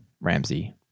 Ramsey